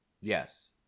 yes